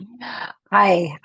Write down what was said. Hi